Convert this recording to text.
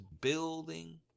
building